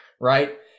right